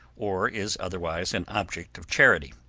or is otherwise an object of charity.